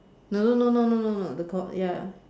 no no no no no no no the got ya